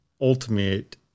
ultimate